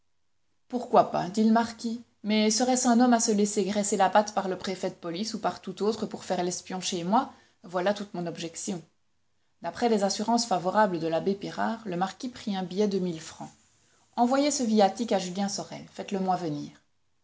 pourquoi pas dit le marquis mais serait-ce un homme à se laisser graisser la patte par le préfet de police ou par tout autre pour faire l'espion chez moi voilà toute mon objection d'après les assurances favorables de l'abbé pirard le marquis prit un billet de mille francs envoyez ce viatique à julien sorel faites-le-moi venir